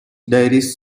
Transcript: diarist